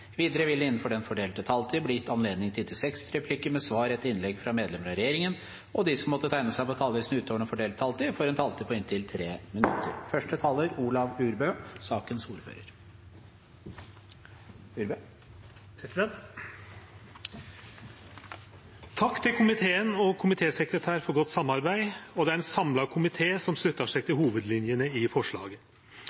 Videre vil det – innenfor den fordelte taletid – bli gitt anledning til inntil seks replikker med svar etter innlegg fra medlemmer av regjeringen, og de som måtte tegne seg på talerlisten utover den fordelte taletid, får en taletid på inntil 3 minutter. Regjeringa Solberg la fram eit solid og godt forslag til